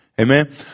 Amen